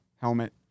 helmet